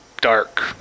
Dark